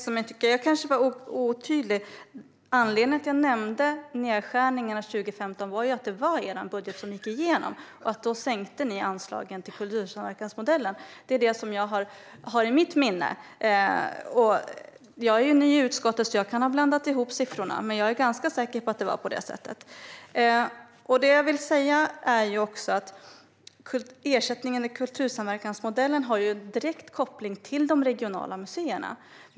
Herr talman! Jag kanske var otydlig. Anledningen till att jag nämnde nedskärningarna 2015 var att det var er budget som gick igenom. Då sänkte ni anslagen till kultursamverkansmodellen. Det är det som jag har i mitt minne. Jag är ny i utskottet, så jag kan ha blandat ihop siffrorna, men jag är ganska säker på att det var på det sättet. Det jag vill säga är att ersättningen i kultursamverkansmodellen har en direkt koppling till de regionala museerna.